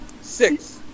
six